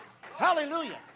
Hallelujah